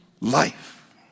life